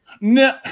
No